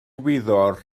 wyddor